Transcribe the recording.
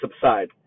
subside